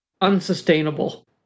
Unsustainable